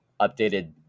updated